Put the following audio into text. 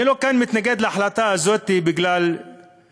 אני לא מתנגד כאן להחלטה הזאת כי אני